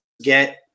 get